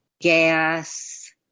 gas